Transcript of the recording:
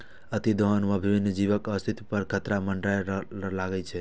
अतिदोहन सं विभिन्न जीवक अस्तित्व पर खतरा मंडराबय लागै छै